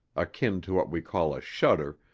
akin to what we call a shudder,